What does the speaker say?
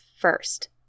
first